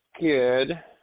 Good